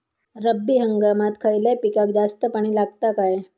रब्बी हंगामात खयल्या पिकाक जास्त पाणी लागता काय?